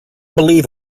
believe